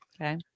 Okay